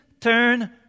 turn